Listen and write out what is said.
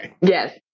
Yes